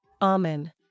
Amen